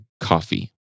coffee